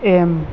M